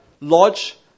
lodge